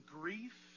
grief